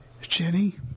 jenny